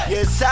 Yes